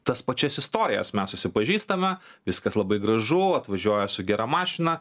tas pačias istorijas mes susipažįstame viskas labai gražu atvažiuoja su gera mašina